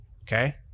okay